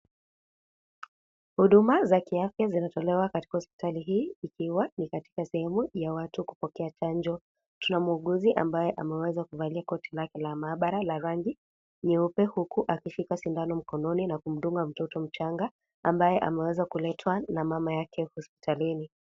Huduma za kiafya inatolewa katika hospitali hii kukiwa ni katika sehemu ya watu kupokea chanjo. Tuna muuguzi ambaye ameweza kuvalia koti lake la mahabara ya rangi nyeupe huku akishlka sindano mkononi na kumdunga mtoto mchanga ambaye ameweza kuletwa na mama yake hospitalini.